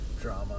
drama